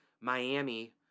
Miami